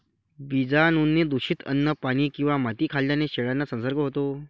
बीजाणूंनी दूषित अन्न, पाणी किंवा माती खाल्ल्याने शेळ्यांना संसर्ग होतो